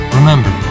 Remember